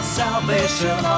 salvation